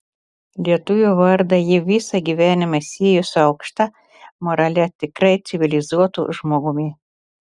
lietuvio vardą ji visą gyvenimą siejo su aukšta morale tikrai civilizuotu žmogumi